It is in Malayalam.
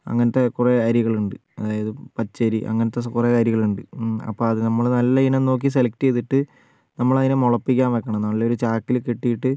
അങ്ങനത്തെ കുറേ അരികളുണ്ട് അതായത് പച്ചരി അങ്ങനത്തെ കുറേ അരികളുണ്ട് അപ്പോൾ അത് നമ്മൾ നല്ല ഇനം നോക്കി സെലക്ട് ചെയ്തിട്ട് നമ്മൾ അതിനെ മുളപ്പിക്കാൻ വയ്ക്കണം നല്ലൊരു ചാക്കിൽ കെട്ടിയിട്ട്